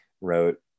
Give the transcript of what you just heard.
wrote